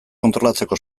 kontrolatzeko